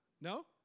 No